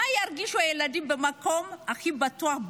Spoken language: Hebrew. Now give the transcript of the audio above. מה ירגישו הילדים במקום הכי בטוח,